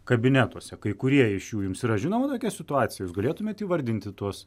kabinetuose kai kurie iš jų jums yra žinoma tokia situacija jūs galėtumėt įvardinti tuos